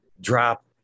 drop